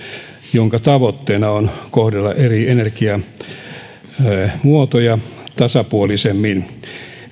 jonka tavoitteena on kohdella eri energiamuotoja tasapuolisemmin